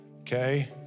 Okay